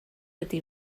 ydy